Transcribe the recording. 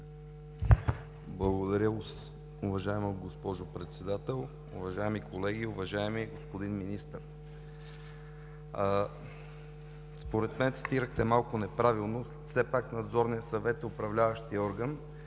Благодаря. Уважаема госпожо Председател, уважаеми колеги! Уважаеми господин Министър, според мен цитирахте малко неправилно. Все пак Надзорният съвет е управляващият орган